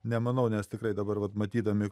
nemanau nes tikrai dabar vat matydami